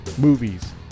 movies